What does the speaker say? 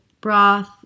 broth